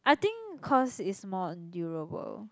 I think cause it's more durable